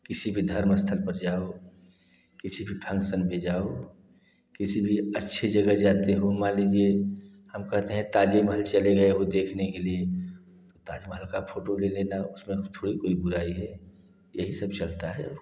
किसी भी धर्म स्थल पर जाओ किसी भी फंग्सन में जाओ किसी भी अच्छे जगह जाते हो मान लीजिए हम कहते हैं ताज महल चले गए वह देखने के लिए ताज महल का फोटो ले लेना उसमें थोड़ी कोई बुराई है यही सब चलता है